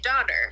daughter